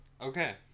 Okay